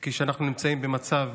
כשאנחנו נמצאים במצב